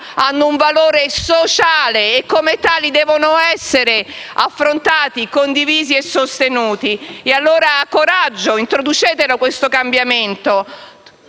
hanno un valore sociale e, come tali, devono essere affrontate, condivise e sostenute. E allora, coraggio, introducete questo cambiamento